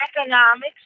economics